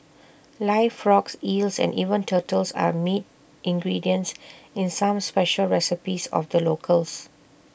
live frogs eels and even turtles are meat ingredients in some special recipes of the locals